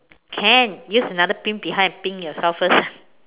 can use another pin behind and pin yourself first